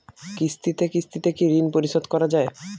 কিস্তিতে কিস্তিতে কি ঋণ পরিশোধ করা য়ায়?